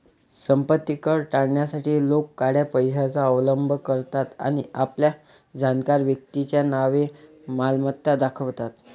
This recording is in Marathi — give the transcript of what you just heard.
संपत्ती कर टाळण्यासाठी लोक काळ्या पैशाचा अवलंब करतात आणि आपल्या जाणकार व्यक्तीच्या नावे मालमत्ता दाखवतात